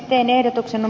ehdotuksen on